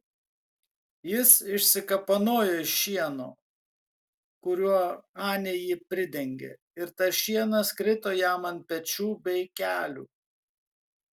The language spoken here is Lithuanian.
jis išsikapanojo iš šieno kuriuo anė jį pridengė ir tas šienas krito jam ant pečių bei kelių